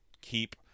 keep